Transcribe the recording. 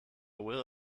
will